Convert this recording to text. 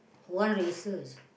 one races